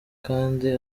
kandi